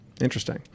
Interesting